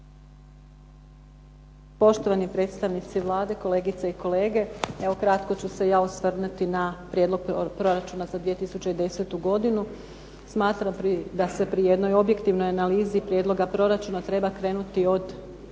Poštovani predstavnici Vlade, kolegice i kolege. Evo kratko ću se ja osvrnuti na prijedlog Proračuna za 2010. godinu. Smatram da se pri jednoj objektivnoj analizi prijedloga Proračuna treba krenuti od